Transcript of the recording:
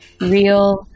real